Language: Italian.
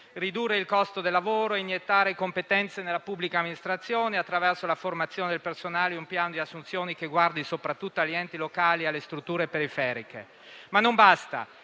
ridurre il costo del lavoro e iniettare competenze nella pubblica amministrazione attraverso la formazione del personale e un piano di assunzioni che guardi soprattutto agli enti locali e alle strutture periferiche. Ma ciò non basta,